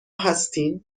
هستین